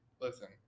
listen